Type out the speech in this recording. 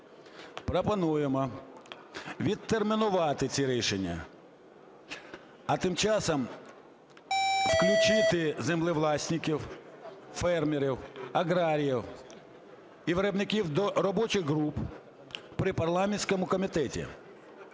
Пропонуємо відтермінувати ці рішення, а тим часом включати землевласників – фермерів, аграріїв і виробників до робочих груп при парламентському комітеті